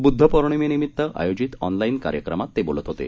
ब्रध्द पौर्णिमे निमित्त आय़ोजित ऑनलाईन कार्यक्रमात ते बोलत होते